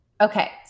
Okay